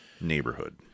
Neighborhood